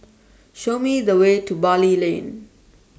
Show Me The Way to Bali Lane